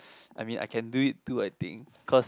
I mean I can do it too I think cause